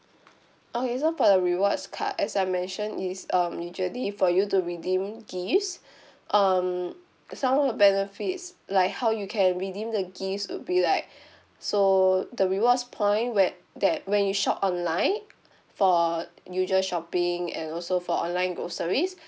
okay so for the rewards card as I mentioned it's um usually for you to redeem gifts um some of the benefits like how you can redeem the gifts would be like so the rewards point when that when you shop online for usual shopping and also for online groceries